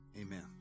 amen